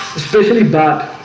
especially bad